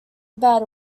about